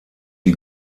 die